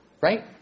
Right